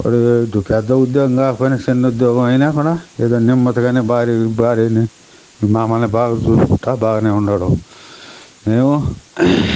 వాడిది పెద్ద ఉద్యోగం కాకపోయినా చిన్న ఉద్యోగం అయినా కూడాఏదో నెమ్మదిగానే భార్యని భార్యని మమ్మల్ని బాగా చూసుకుంటూ బాగానే ఉన్నాడు మేము